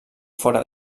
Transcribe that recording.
fora